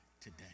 today